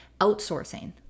outsourcing